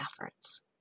efforts